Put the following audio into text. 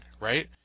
right